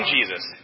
Jesus